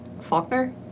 Faulkner